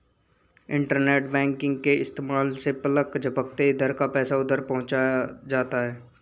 internet banking के इस्तेमाल से पलक झपकते इधर का पैसा उधर पहुँच जाता है